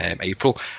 April